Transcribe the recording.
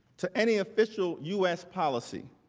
to any official u s. policy.